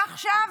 ועכשיו